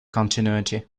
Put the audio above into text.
continuity